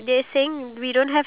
what